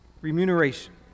remuneration